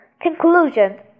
Conclusion